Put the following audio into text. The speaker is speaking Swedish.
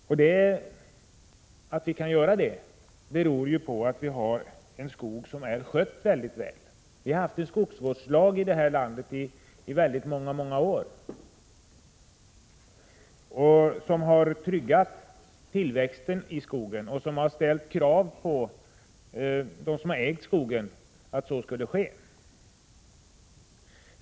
Detta beror ju på att skogen är mycket väl skött. Vi har i många år haft en skogsvårdslag som har tryggat tillväxten i skogen och som har ställt krav på skogsägaren.